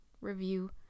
review